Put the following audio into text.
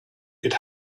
could